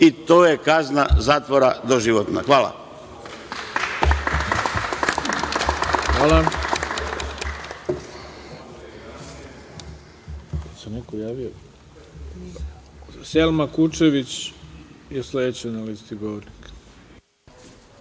i to je kazna zatvora doživotna. Hvala.